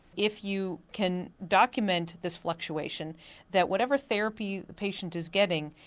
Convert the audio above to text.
if you can document this fluctuation that whatever therapy the patient is getting,